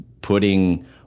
putting